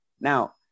Now